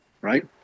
right